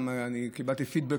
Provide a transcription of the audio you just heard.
קיבלתי פידבק,